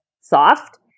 soft